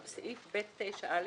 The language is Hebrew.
בסעיף ב.9.א)